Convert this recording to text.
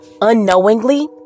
unknowingly